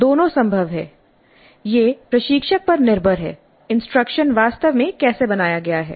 दोनों संभव हैं यह प्रशिक्षक पर निर्भर है इंस्ट्रक्शन वास्तव में कैसे बनाया गया है